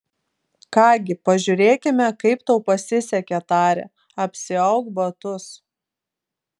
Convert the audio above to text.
ką gi pažiūrėkime kaip tau pasisekė tarė apsiauk batus